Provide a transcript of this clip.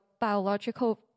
biological